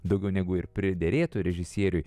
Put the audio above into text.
daugiau negu ir priderėtų režisieriui